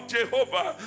Jehovah